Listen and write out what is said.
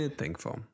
Thankful